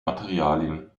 materialien